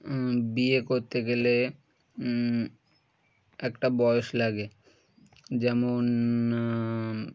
বিয়ে করতে গেলে একটা বয়স লাগে যেমন